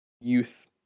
youth